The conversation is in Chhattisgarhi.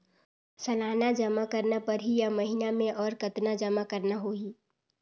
सालाना जमा करना परही या महीना मे और कतना जमा करना होहि?